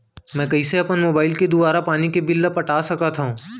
मैं कइसे अपन मोबाइल के दुवारा पानी के बिल ल पटा सकथव?